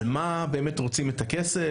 על מה באמת רוצים את הכסף.